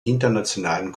internationalen